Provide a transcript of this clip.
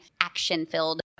action-filled